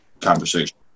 conversation